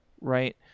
right